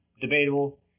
debatable